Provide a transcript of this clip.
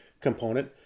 component